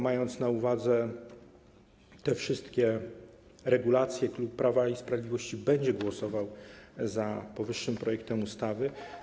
Mając na uwadze te wszystkie regulacje, klub Prawa i Sprawiedliwości będzie głosował za powyższym projektem ustawy.